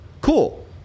cool